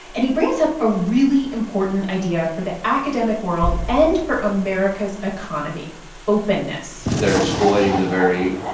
and he brings up a really important idea for the academic world and for america's economy openness they're exploiting the very